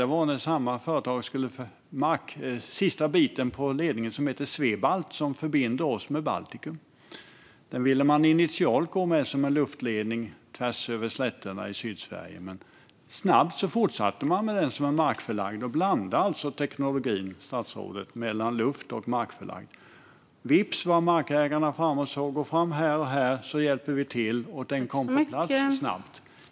Där gällde det samma företag som byggde sista biten av ledningen som hette Swebalt och skulle förbinda oss med Baltikum. Där ville man initialt gå med en luftledning tvärs över slätterna i Sydsverige. Men snabbt fortsatte man med den som en markförlagd ledning. Man blandade alltså tekniken, statsrådet, mellan luft och markförlagd. Vips var markägarna framme och sa: Gå fram här, så hjälper vi till. Den kom på plats snabbt.